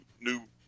new